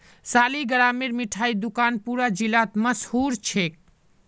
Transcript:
सालिगरामेर मिठाई दुकान पूरा जिलात मशहूर छेक